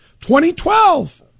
2012